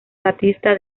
batista